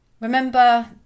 Remember